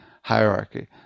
hierarchy